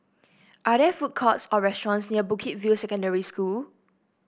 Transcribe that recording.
are there food courts or restaurants near Bukit View Secondary School